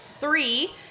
Three